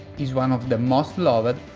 is one of the most loved,